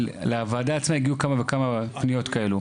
אבל לוועדה עצמה הגיעו כמה וכמה פניות כאלה.